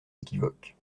équivoques